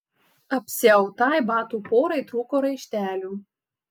apsiautai batų porai trūko raištelių